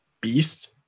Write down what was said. beast